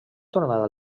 tornat